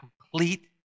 complete